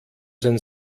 sein